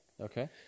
Okay